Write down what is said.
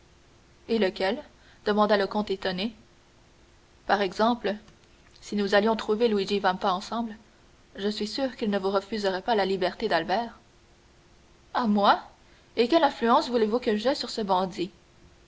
et lequel demanda le comte étonné par exemple si nous allions trouver luigi vampa ensemble je suis sûr qu'il ne vous refuserait pas la liberté d'albert à moi et quelle influence voulez-vous que j'aie sur ce bandit